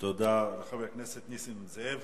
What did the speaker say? תודה לחבר הכנסת נסים זאב.